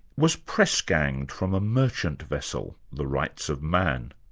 was press-ganged from a merchant vessel, the rights-of man.